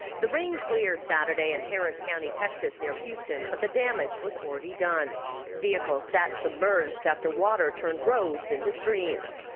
the rain cleared saturday in harris county, texas near houston but the damage was already done vehicles sat submerged after water turned roads into streams.